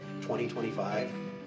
2025